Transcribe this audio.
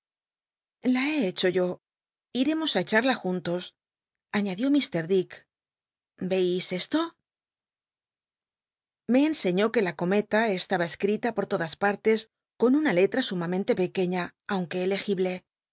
la he hecho yo iremos li echada juntos añadió h dick veis esto lle enseñó que la comela estaba escrita por todas partes con una lctl'a sumamente pequeña aunque